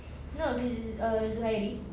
no z~ uh zuhairi